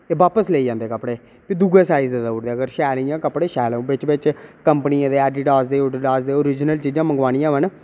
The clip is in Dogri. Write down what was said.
वापस लेईं जंदे कपडे ते दूए साइज देउड़ दे कपड़े शैल इ'यां बिच बिच कम्पनी दे ते अज्ज ओरिजनल मंगवानियां होन